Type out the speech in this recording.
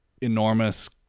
enormous